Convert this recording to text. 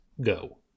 go